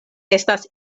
estas